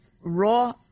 raw